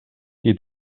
qui